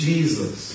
Jesus